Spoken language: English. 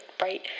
right